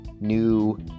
new